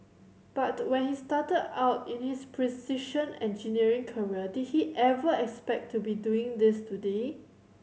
but when he started out in his precision engineering career did he ever expect to be doing this today